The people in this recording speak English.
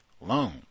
loan